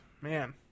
man